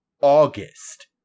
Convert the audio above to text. August